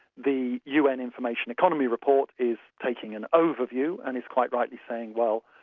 the un information economy report is taking an overview, and is quite rightly saying, well,